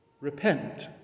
Repent